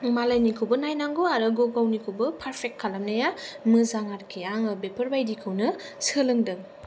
मालायनिखौबो नायनांगौ आरो गावनिखौबो पार्फेक्ट खालामनाया मोजां आरोखि आङो बेफोरबादिखौनो सोलोंदों